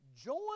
join